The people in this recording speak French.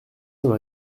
dans